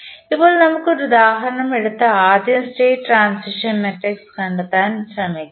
ഇപ്പോൾ നമുക്ക് ഒരു ഉദാഹരണം എടുത്ത് ആദ്യം സ്റ്റേറ്റ് ട്രാൻസിഷൻ മാട്രിക്സ് കണ്ടെത്താൻ ശ്രമിക്കാം